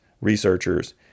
researchers